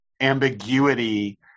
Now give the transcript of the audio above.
ambiguity